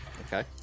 Okay